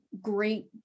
great